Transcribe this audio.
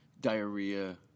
diarrhea